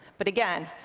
but again,